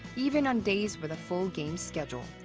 even on days with a full games schedule.